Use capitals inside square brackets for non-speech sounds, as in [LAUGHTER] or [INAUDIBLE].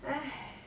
[BREATH]